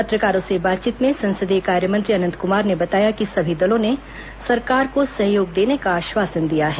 पत्रकारों से बातचीत में संसदीय कार्य मंत्री अनंत कुमार कम्युनिस्ट पार्टी के ने बताया कि सभी दलों ने सरकार को सहयोग देने का आश्वासन दिया है